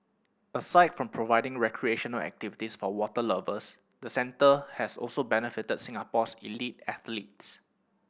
aside from providing recreational activities for water lovers the centre has also benefited Singapore's elite athletes